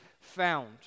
found